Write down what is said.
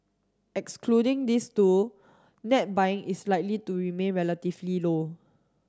excluding these two net buying is likely to remain relatively low